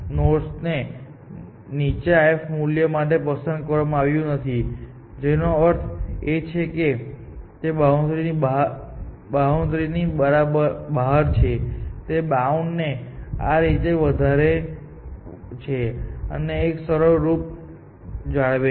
node ને સૌથી નીચા f મૂલ્ય માટે પસંદ કરવામાં આવ્યું નથી જેનો અર્થ એ છે કે તે બાઉન્ડ્રીની બહાર છે તે બાઉન્ડ ને આ રીતે વધારે છે અને એક સરળ લૂપ જાળવે છે